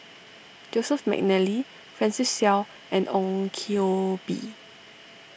Joseph McNally Francis Seow and Ong Koh Bee